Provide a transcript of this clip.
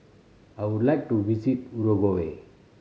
I would like to visit Uruguay